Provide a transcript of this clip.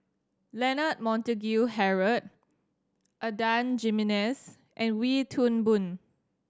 Leonard Montague Harrod Adan Jimenez and Wee Toon Boon